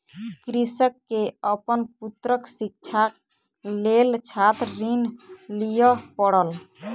कृषक के अपन पुत्रक शिक्षाक लेल छात्र ऋण लिअ पड़ल